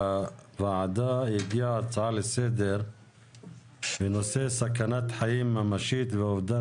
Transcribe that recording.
לוועדה הגיעה הצעה לסדר בנושא סכנת חיים ממשית ואובדן